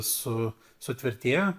su sutvirtėjo